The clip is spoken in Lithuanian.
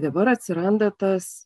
dabar atsiranda tas